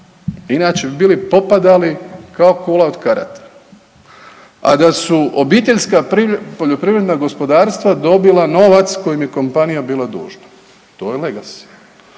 inače bi bili popadali kao kula od karata. A da su obiteljska poljoprivredna gospodarstva dobila novac kojim je kompanija bila dužna. To je legacy.